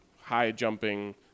high-jumping